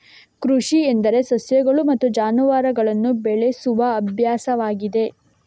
ಕೃಷಿ ಎಂದರೆ ಸಸ್ಯಗಳು ಮತ್ತು ಜಾನುವಾರುಗಳನ್ನು ಬೆಳೆಸುವ ಅಭ್ಯಾಸವಾಗಿದೆ